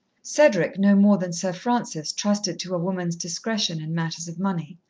cedric, no more than sir francis, trusted to a woman's discretion in matters of money.